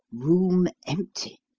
room empty,